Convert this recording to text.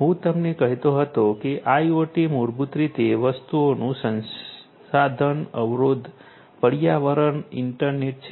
હું તમને કહેતો હતો કે IoT મૂળભૂત રીતે વસ્તુઓનું સંસાધન અવરોધ પર્યાવરણ ઇન્ટરનેટ છે